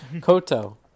Koto